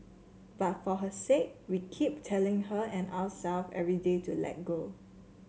but for her sake we keep telling her and ourself every day to let go